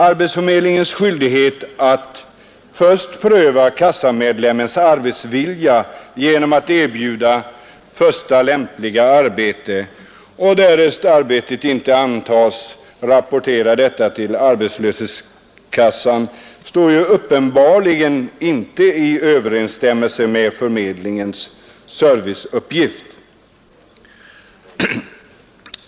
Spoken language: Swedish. Arbetsförmedlingens skyldighet att först pröva kassamedlemmens arbetsvilja genom att erbjuda första lämpliga arbete och att sedan, därest arbetet inte antas, rapportera detta till arbetslöshetskassan står uppenbarligen inte i överensstämmelse med förmedlingens serviceuppgift.